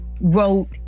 wrote